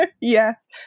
Yes